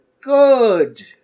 Good